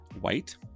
white